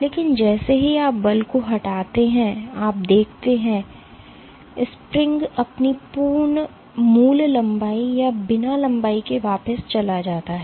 लेकिन जैसे ही आप बल को हटाते हैं आप देखते हैं कि वसंत अपनी मूल लंबाई या बिना लंबाई के वापस चला जाता है